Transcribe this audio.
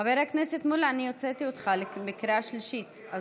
(חבר הכנסת דוד אמסלם יוצא מאולם המליאה.) הפקרתם את